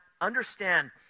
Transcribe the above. understand